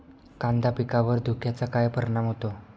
कांदा पिकावर धुक्याचा काय परिणाम होतो?